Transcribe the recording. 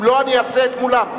אם לא, אני אהסה את כולם.